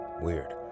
weird